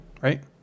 right